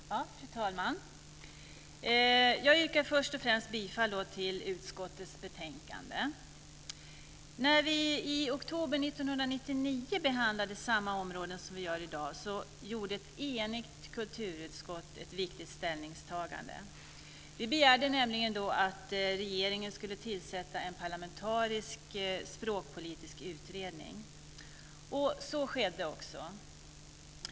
Fru talman! Jag yrkar först och främst bifall till förslaget i utskottets betänkande. När vi i oktober 1999 behandlade samma områden som vi behandlar i dag gjorde ett enigt kulturutskott ett viktigt ställningstagande. Vi begärde då att regeringen skulle tillsätta en parlamentarisk språkpolitisk utredning. Så skedde också.